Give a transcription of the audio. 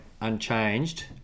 unchanged